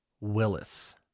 Willis